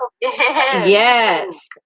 Yes